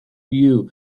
you